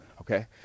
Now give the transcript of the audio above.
okay